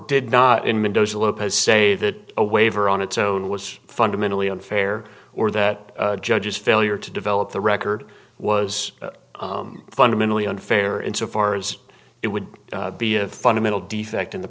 did not in mendoza lopez say that a waiver on its own was fundamentally unfair or that judge's failure to develop the record was fundamentally unfair insofar as it would be a fundamental defect in the